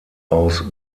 aus